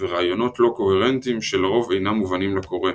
ורעיונות לא קוהרנטיים שלרוב אינם מובנים לקורא.